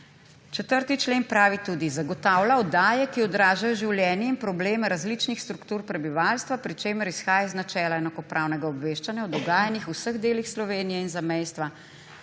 4. člen pravi tudi: »Zagotavlja oddaje, ki odražajo življenje in probleme različnih struktur prebivalstva, pri čemer izhaja iz načela enakopravnega obveščanja o dogajanjih v vseh delih Slovenije in zamejstva,